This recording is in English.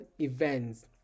events